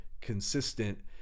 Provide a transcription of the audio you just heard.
consistent